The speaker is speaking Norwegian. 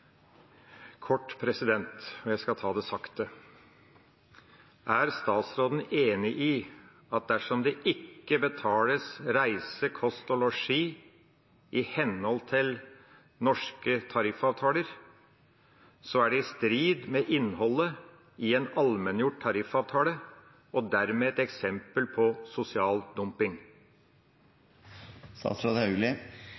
kort, og jeg skal ta det sakte: Er statsråden enig i at dersom det ikke betales reise, kost og losji i henhold til norske tariffavtaler, er det i strid med innholdet i en allmenngjort tariffavtale og dermed et eksempel på sosial